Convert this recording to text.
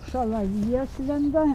šalavijas lenda